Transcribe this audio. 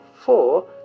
four